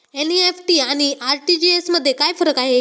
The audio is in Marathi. एन.इ.एफ.टी आणि आर.टी.जी.एस मध्ये काय फरक आहे?